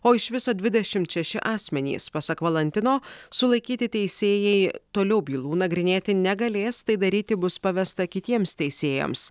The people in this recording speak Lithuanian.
o iš viso dvidešimt šeši asmenys pasak valantino sulaikyti teisėjai toliau bylų nagrinėti negalės tai daryti bus pavesta kitiems teisėjams